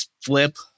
Flip